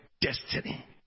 destiny